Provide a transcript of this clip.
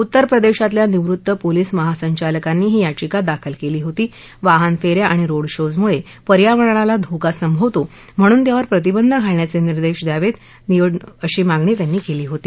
उत्तर प्रदश्यतिल्या निवृत्त पोलिस महासंचालकांनी ही याचिका दाखल क्विी होती वाहन फ्विी आणि रोड शोजमुळपिर्यावरणाला धोका संभवतो म्हणून त्यावर प्रतिबंध घालण्याच िदेश द्यावत्तनिवडणूक आयोगाला अशी मागणी त्यांनी कल्ली होती